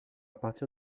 partir